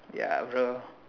ya bruh